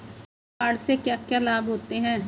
Credit card से क्या क्या लाभ होता है?